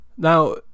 Now